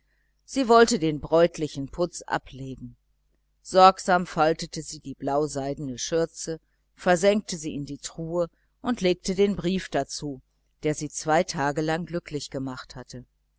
sie wollte den bräutlichen putz ablegen sorgsam faltete sie die blauseidene schürze versenkte sie in die truhe und legte den brief dazu der sie zwei tage glücklich gemacht hatte